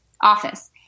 office